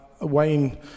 wayne